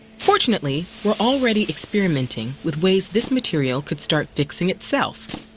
fortunately, we're already experimenting with ways this material could start fixing itself.